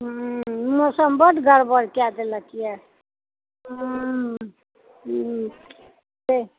हूँ मौसम बड़ गड़बड़ कए दलकए हूँ हूँ से